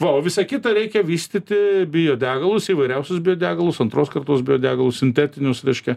va o visa kita reikia vystyti biodegalus įvairiausius biodegalus antros kartos biodegalus sintetinius reiškia